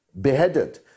beheaded